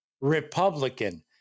Republican